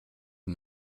die